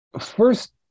first